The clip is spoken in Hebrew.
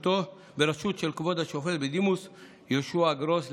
בראשות של כבוד השופט בדימוס יהושע גרוס,